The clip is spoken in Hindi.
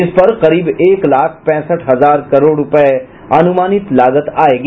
इस पर करीब एक लाख पैंसठ हजार करोड़ रुपये अनुमानित लागत आयेगी